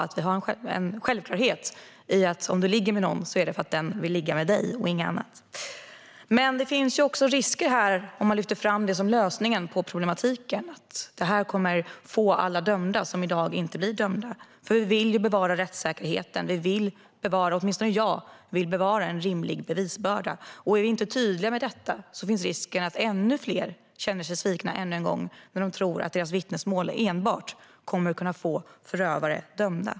Det ska vara självklart att om du ligger med någon är det för att den vill ligga med dig och inget annat. Men det finns också risker om man lyfter fram detta som lösningen på problematiken: att detta kommer att göra att alla som i dag inte blir dömda blir dömda. Vi vill ju bevara rättssäkerheten. Åtminstone jag vill bevara en rimlig bevisbörda. Är vi inte tydliga med detta finns risken att ännu fler känner sig svikna ännu en gång när de tror att enbart deras vittnesmål kommer att kunna få förövare dömda.